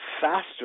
faster